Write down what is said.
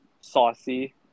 saucy